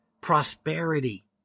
prosperity